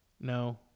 no